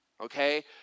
okay